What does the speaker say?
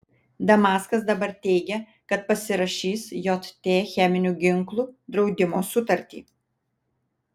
damaskas dabar teigia kad pasirašys jt cheminių ginklų draudimo sutartį